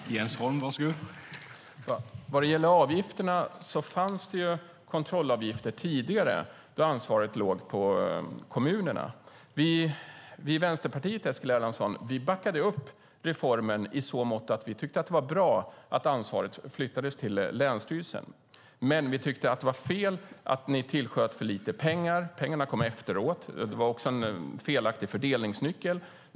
Herr talman! Vad det gäller avgifterna fanns det kontrollavgifter tidigare då ansvaret låg på kommunerna. Vi i Vänsterpartiet, Eskil Erlandsson, backade upp reformen i så måtto att vi tyckte att det var bra att ansvaret flyttades till länsstyrelsen. Men vi tyckte att det var fel att ni tillsköt för lite pengar. Pengarna kom efteråt. Det var också en felaktig fördelningsnyckel.